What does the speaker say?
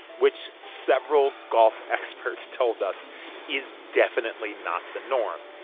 which several golf experts told us is definitely not the norm.